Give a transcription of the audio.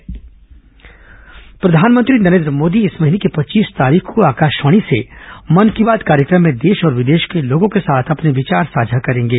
मन की बात प्रधानमंत्री नरेंद्र मोदी इस महीने की पच्चीस तारीख को आकाशवाणी से मन की बात कार्यक्रम में देश और विदेश के लोगों के साथ अपने विचार साझा करेंगे